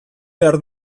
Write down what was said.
behar